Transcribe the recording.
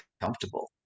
comfortable